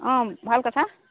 অঁ ভাল কথা